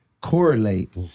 correlate